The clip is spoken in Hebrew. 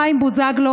חיים בוזגלו,